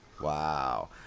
wow